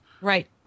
Right